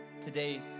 today